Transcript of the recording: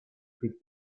good